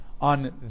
On